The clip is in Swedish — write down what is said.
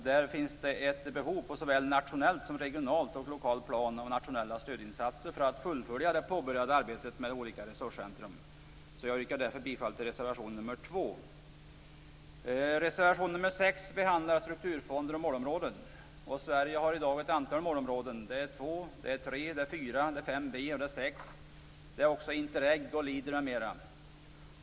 Där finns det ett behov på såväl nationellt som regionalt och lokalt plan av nationella stödinsatser för att fullfölja det påbörjade arbetet vid olika resurscentrum. Jag yrkar därför bifall till reservation 2. Reservation 6 behandlar strukturfonder och målområden. Sverige har i dag ett antal målområden. Det är 2, 3, 4, 5b och 6. Det är också Interreg och Leader.